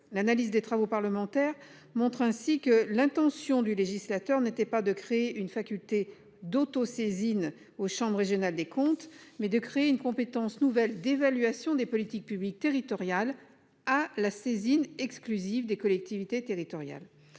L'analyse des travaux parlementaires montre ainsi que l'intention du législateur n'était pas de créer une faculté d'auto- saisine aux Chambres régionales des comptes, mais de créer une compétence nouvelle d'évaluation des politiques publiques territoriales à la saisine exclusive des collectivités territoriales